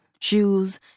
shoes